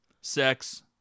sex